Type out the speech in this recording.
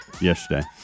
yesterday